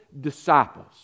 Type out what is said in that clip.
disciples